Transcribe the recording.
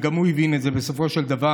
וגם הוא הבין את זה בסופו של דבר,